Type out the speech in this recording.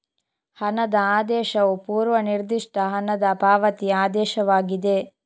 ಹಣದ ಆದೇಶವು ಪೂರ್ವ ನಿರ್ದಿಷ್ಟ ಹಣದ ಪಾವತಿ ಆದೇಶವಾಗಿದೆ